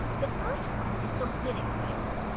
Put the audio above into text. the first one is the lytic cycle.